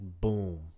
boom